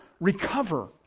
recover